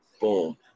Boom